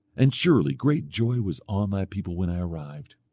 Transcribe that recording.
and surely great joy was on my people when i arrived.